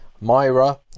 Myra